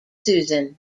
susan